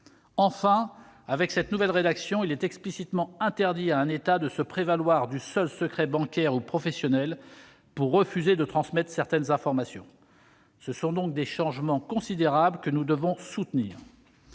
Enfin, avec cette nouvelle rédaction, il est explicitement interdit à un État de se prévaloir du seul secret bancaire ou professionnel pour refuser de transmettre certaines informations. Ce sont donc des changements considérables, que nous devons soutenir.